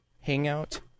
Hangout